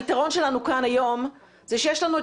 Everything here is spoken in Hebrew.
היתרון שלנו כאן היום זה שיש לנו את